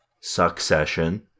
succession